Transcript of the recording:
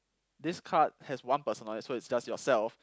this card has one personal so it's just yourself